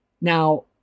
Now